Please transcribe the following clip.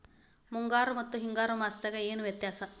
ಮುಂಗಾರು ಮತ್ತ ಹಿಂಗಾರು ಮಾಸದಾಗ ಏನ್ ವ್ಯತ್ಯಾಸ?